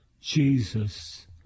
Jesus